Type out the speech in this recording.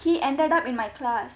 he ended up in my class